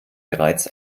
bereits